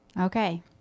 Okay